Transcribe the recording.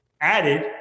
added